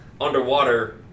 underwater